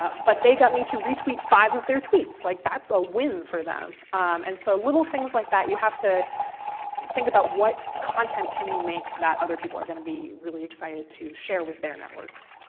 ah but they got me to re-tweet five of their tweets. like that's a win for them. and so little things like that, you have to think about, what content can you make that other people are going to be really excited to share with their networks?